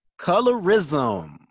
colorism